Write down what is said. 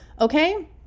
okay